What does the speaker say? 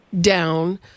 down